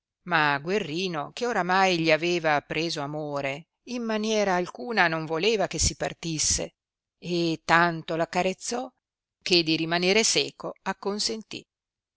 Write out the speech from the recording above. ma guerrino che oramai gli aveva preso amore in maniera alcuna non voleva che si partisse e tanto l'accarezzò che di rimanere seco acconsentì